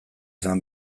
zen